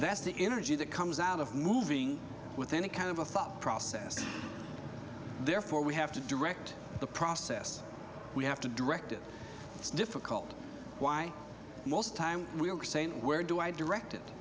that's the energy that comes out of moving with any kind of a thought process and therefore we have to direct the process we have to direct it it's difficult why most time we are saying where do i directed